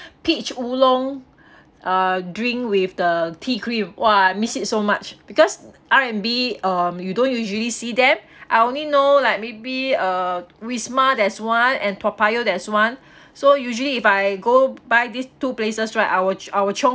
peach oolong uh drink with the tea cream !wah! I miss it so much because R&B um you don't usually see them I only know like maybe uh wisma there's one and toa payoh there's one so usually if I go by these two places right I will I will chiong